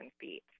feet